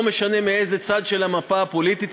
לא משנה מאיזה צד של המפה הפוליטית,